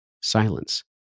silence